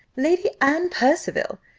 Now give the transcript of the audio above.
lady anne percival!